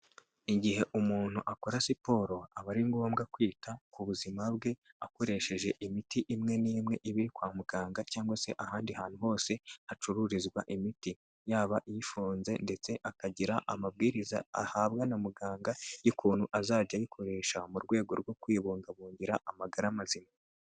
Igihe umuntu akora siporo aba ari ngombwa kwita ku buzima bwe akoresheje imiti imwe n'imwe ibi kwa muganga cyangwa se ahandi hantu hose hacururizwa imiti, yaba ifunze ndetse akagira amabwiriza ahabwa na muganga y'ukuntu azajya ayikoresha mu rwego rwo kwibungabungira amagara mazima.